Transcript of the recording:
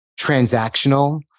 transactional